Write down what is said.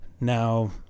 now